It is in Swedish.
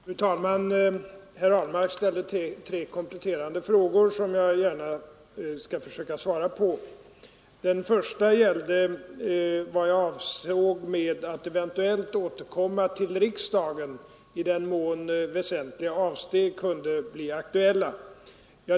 Fru talman! Herr Ahlmark ställde tre kompletterande frågor som jag gärna skall försöka svara på. Den första gällde vad jag avsåg med att eventuellt återkomma till riksdagen i den mån väsentliga avsteg kunde bli aktuella.